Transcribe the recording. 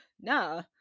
Nah